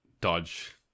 dodge